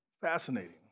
fascinating